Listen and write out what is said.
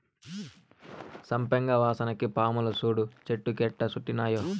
సంపెంగ వాసనకి పాములు సూడు చెట్టు కెట్టా సుట్టినాయో